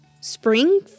Spring